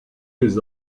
les